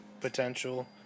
potential